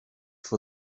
for